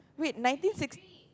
wait ninety six